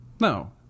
No